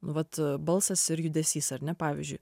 vat a balsas ir judesys ar ne pavyzdžiui